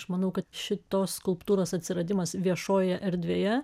aš manau kad šitos skulptūros atsiradimas viešojoje erdvėje